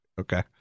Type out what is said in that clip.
Okay